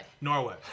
Norway